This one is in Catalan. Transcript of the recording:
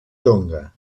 tonga